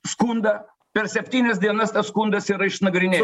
skundą per septynias dienas tas skundas yra išnagrinė